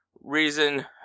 reason